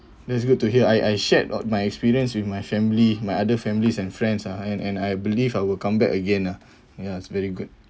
that's good to hear I I shared on my experience with my family my other families and friends lah and and I believe I will come back again lah ya it's very good